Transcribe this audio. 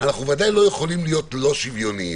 אנחנו בוודאי לא יכולים להיות לא שוויוניים.